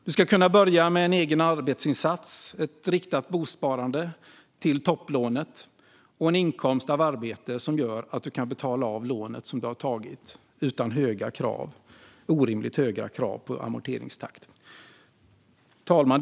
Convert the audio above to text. Du ska kunna börja bostadskarriären med en egen arbetsinsats, ett riktat bosparande till topplånet och en inkomst av arbete som gör att du kan betala av lånet du tagit utan orimligt höga krav på amorteringstakt. Fru talman!